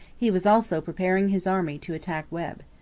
he was also preparing his army to attack webb.